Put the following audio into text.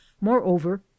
moreover